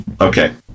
Okay